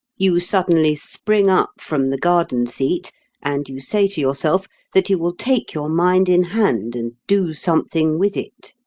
you suddenly spring up from the garden-seat, and you say to yourself that you will take your mind in hand and do something with it.